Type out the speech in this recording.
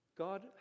God